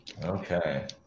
Okay